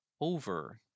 over